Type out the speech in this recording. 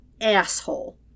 asshole